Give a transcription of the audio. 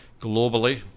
globally